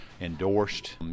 endorsed